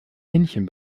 männchen